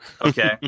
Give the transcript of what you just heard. Okay